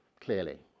clearly